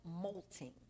Molting